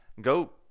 Go